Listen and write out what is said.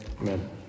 Amen